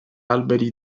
alberi